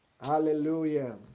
hallelujah